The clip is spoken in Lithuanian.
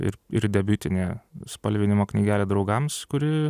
ir ir debiutinė spalvinimo knygelė draugams kuri